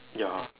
ya